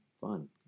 fun